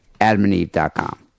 AdamandEve.com